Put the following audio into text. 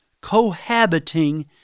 cohabiting